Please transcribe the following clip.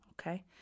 Okay